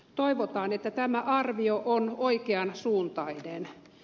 toivotaan että tämä arvio on oikean suuntainen